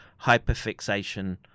hyperfixation